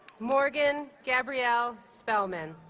morgan gabrielle spellman